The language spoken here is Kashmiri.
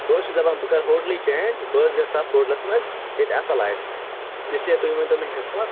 بہٕ حظ چھُس دپان بہٕ کَرٕ ہوٹلٕے چینٛج بہٕ حظ گژھ تَتھ ہوٹلَس منٛز ییٚتہِ اَصٕل آسہِ اِس لیے تُہۍ ؤ نۍتو مےٚ حِساب